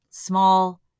small